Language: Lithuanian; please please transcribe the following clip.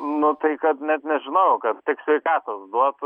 nu tai kad net nežinau kad tik sveikatos duotų